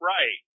Right